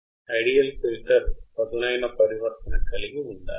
ideal filter పదునైన పరివర్తన కలిగి ఉండాలి